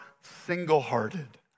single-hearted